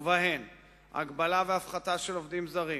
ובהן הגבלה והפחתה של מספר העובדים הזרים,